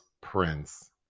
Prince